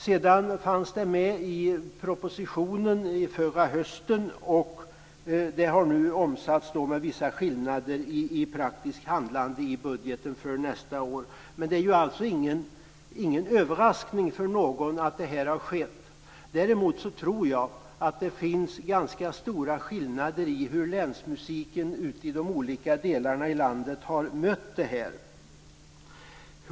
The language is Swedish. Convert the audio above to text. Sedan fanns den med i propositionen förra hösten. Detta har, med vissa skillnader, omsatts i praktiskt handlande i budgeten för nästa år. Men det är alltså ingen överraskning för någon att detta har skett. Däremot tror jag att det finns ganska stora skillnader i hur länsmusiken i de olika delarna av landet har mött detta.